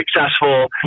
successful